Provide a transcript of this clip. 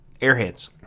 Airheads